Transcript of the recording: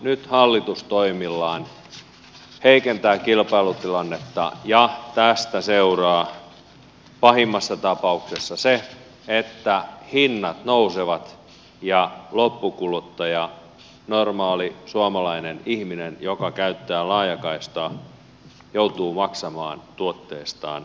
nyt hallitus toimillaan heikentää kilpailutilannetta ja tästä seuraa pahimmassa tapauksessa se että hinnat nousevat ja loppukuluttaja normaali suomalainen ihminen joka käyttää laajakaistaa joutuu maksamaan tuotteestaan